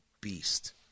beast